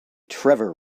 trevor